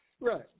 Right